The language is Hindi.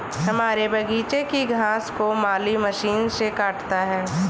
हमारे बगीचे की घास को माली मशीन से काटता है